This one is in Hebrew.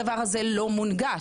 הדבר הזה לא מונגש.